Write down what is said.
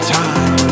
time